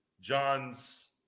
John's